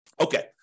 Okay